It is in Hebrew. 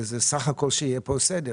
זה בסך הכל בשביל שיהיה פה סדר,